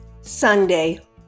Sunday